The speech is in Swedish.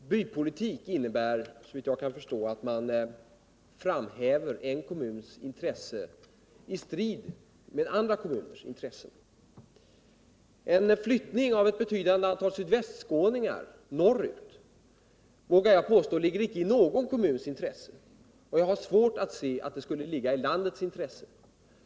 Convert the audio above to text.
Herr talman! Bypolitik innebär, såvitt jag kan förstå, au man framhäver en kommuns intresse i strid med andra kommuners intressen. En flyttning av ett betydande antal sydvästskåningar norrut ligger, vågar jag påstå. icke i någon kommuns intresse, och jag har svårt att se att det skulle ligga i landets intresse.